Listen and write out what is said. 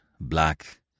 black